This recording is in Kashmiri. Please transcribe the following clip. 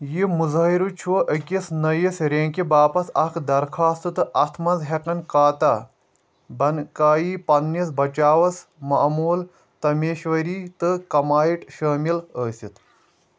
یہِ مُظٲہر چھُ أكِس نٔیِس رینکہِ باپتھ اکھ درخواستہٕ تہٕ اتھ منٛز ہیكن خاتہ بنكٲیی پننِس بچاوس معموٗل تمیشؤری تہٕ کمایٹ شٲمِل ٲسِتھ